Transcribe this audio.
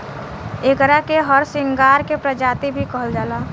एकरा के हरसिंगार के प्रजाति भी कहल जाला